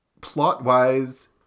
Plot-wise